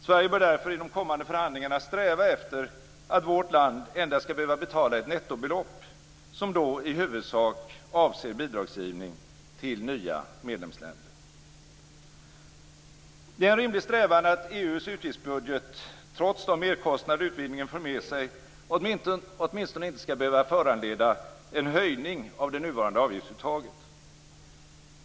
Sverige bör därför i de kommande förhandlingarna sträva efter att vårt land endast skall behöva betala ett nettobelopp, som då i huvudsak avser bidragsgivning till nya medlemsländer. Det är en rimlig strävan att EU:s utgiftsbudget, trots de merkostnader utvidgningen för med sig, åtminstone inte skall behöva föranleda en höjning av det nuvarande avgiftsuttaget.